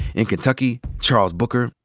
in kentucky, charles booker,